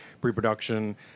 pre-production